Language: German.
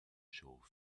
show